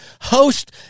host